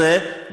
כזאת,